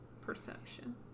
perception